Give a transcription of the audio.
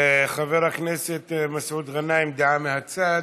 חבר הכנסת מסעוד גנאים, דעה מהצד.